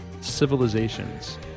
Civilizations